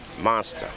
Monster